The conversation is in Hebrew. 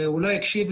הוא לא הקשיב.